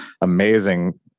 amazing